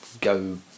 go